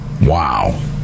Wow